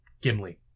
Gimli